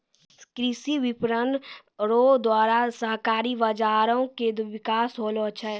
कृषि विपणन रो द्वारा सहकारी बाजारो के बिकास होलो छै